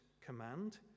command